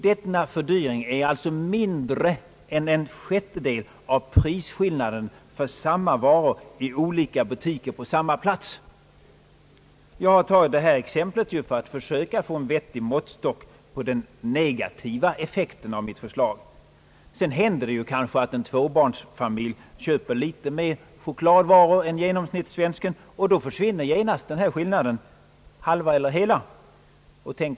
Denna fördyring är alltså mindre än en sjättedel av pris Jag har tagit detta exempel för att söka få en vettig måttstock på den negativa effekten av mitt förslag. Sedan händer det kanske att en tvåbarnsfamilj köper litet mer chokladvaror än genomsnittssvensken. Då försvinner genast denna skillnad — helt eller till hälften.